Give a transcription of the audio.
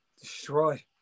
Destroy